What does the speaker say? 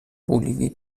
بولیوی